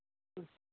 ம்